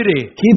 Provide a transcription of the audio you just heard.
Keep